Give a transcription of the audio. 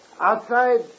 Outside